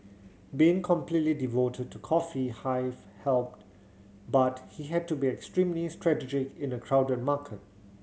being completely devoted to Coffee Hive helped but he had to be extremely strategic in a crowded market